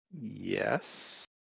Yes